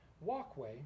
walkway